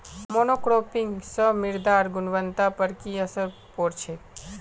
monocropping स मृदार गुणवत्ता पर की असर पोर छेक